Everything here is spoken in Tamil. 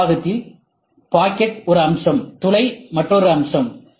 சி பாகத்தில் பாக்கெட் ஒரு அம்சம் துளை ஒரு அம்சம்